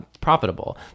profitable